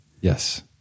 Yes